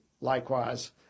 Likewise